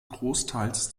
großteils